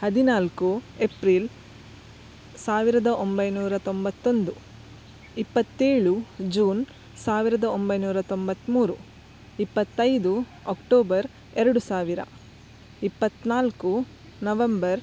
ಹದಿನಾಲ್ಕು ಎಪ್ರಿಲ್ ಸಾವಿರದ ಒಂಬೈನೂರ ತೊಂಬತ್ತೊಂದು ಇಪ್ಪತ್ತೇಳು ಜೂನ್ ಸಾವಿರದ ಒಂಬೈನೂರ ತೊಂಬತ್ತ್ಮೂರು ಇಪ್ಪತ್ತೈದು ಅಕ್ಟೋಬರ್ ಎರಡು ಸಾವಿರ ಇಪ್ಪತ್ತ್ನಾಲ್ಕು ನವಂಬರ್